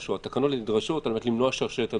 התקנות האלה נדרשות על מנת למנוע שרשרת הדבקה.